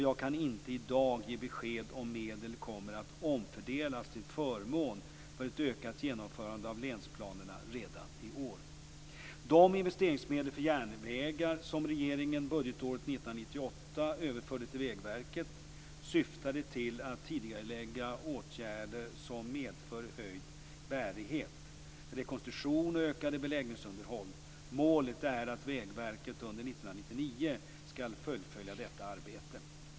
Jag kan inte i dag ge besked om huruvida medel kommer att omfördelas till förmån för ett ökat genomförande av länsplanerna redan i år. De investeringsmedel för järnvägar som regeringen budgetåret 1998 överförde till Vägverket syftade till att tidigarelägga åtgärder som medför höjd bärighet, rekonstruktion och ökat beläggningsunderhåll. Målet är att Vägverket under 1999 skall fullfölja detta arbete.